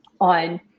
on